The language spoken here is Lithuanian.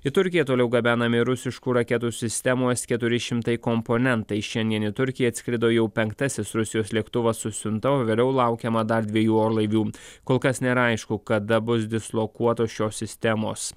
į turkiją toliau gabenami rusiškų raketų sistemų es keturi šimtai komponentai šiandien į turkiją atskrido jau penktasis rusijos lėktuvas su siunta o vėliau laukiama dar dviejų orlaivių kol kas nėra aišku kada bus dislokuotos šios sistemos